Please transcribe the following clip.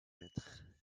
mètres